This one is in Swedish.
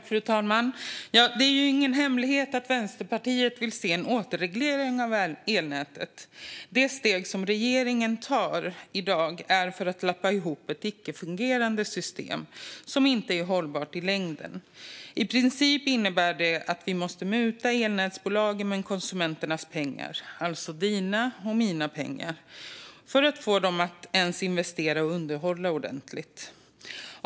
Fru talman! Det är ingen hemlighet att Vänsterpartiet vill se en återreglering av elnätet. Det steg som regeringen tar i dag är för att lappa ihop ett icke-fungerande system som inte är hållbart i längden. I princip innebär det att vi måste muta elnätsbolagen med konsumenternas pengar, alltså dina och mina pengar, för att få dem att ens investera och underhålla ordentligt.